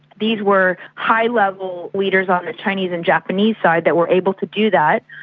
these were high level leaders on the chinese and japanese side that were able to do that,